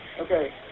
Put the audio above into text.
Okay